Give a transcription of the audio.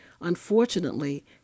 unfortunately